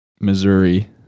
Missouri